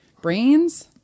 brains